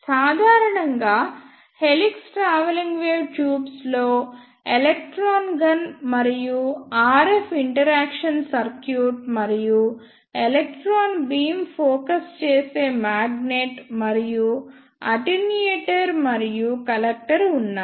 సాధారణంగా helix travelling wave ట్యూబ్స్లో electron gun మరియు ఆర్ఎఫ్ ఇంటరాక్షన్ సర్క్యూట్ మరియు ఎలక్ట్రాన్ బీమ్ ఫోకస్ చేసే మాగ్నెట్ మరియు అటెన్యూయేటర్ మరియు కలెక్టర్ ఉన్నాయి